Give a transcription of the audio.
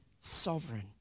Sovereign